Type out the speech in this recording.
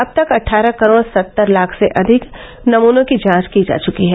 अब तक अट्ठारह करोड़ सत्तर लाख से अधिक नमूनों की जांच की जा चुकी है